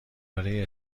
برای